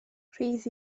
rhydd